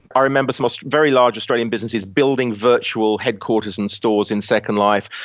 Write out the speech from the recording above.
i remember some ah very large australian businesses building virtual headquarters and stores in second life.